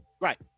right